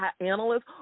analyst